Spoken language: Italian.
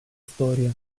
storia